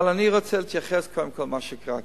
אבל אני רוצה להתייחס קודם כול למה שקרה כאן.